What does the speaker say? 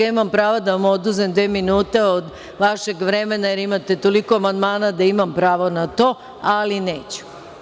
Imam pravo da vam oduzmem dva minuta od vašeg vremena, jer imate toliko amandmana, da imam pravo na to, ali neću.